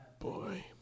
Boy